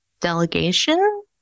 delegation